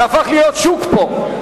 זה הפך להיות שוק פה.